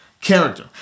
Character